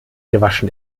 gewaschen